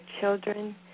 children